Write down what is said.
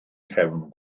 nghefn